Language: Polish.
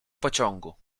pociągu